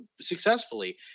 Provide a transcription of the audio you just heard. successfully